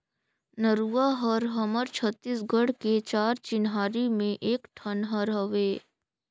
नरूवा हर हमर छत्तीसगढ़ के चार चिन्हारी में एक ठन हर हवे